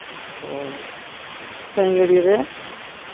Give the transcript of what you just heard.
ᱚ ᱨᱮ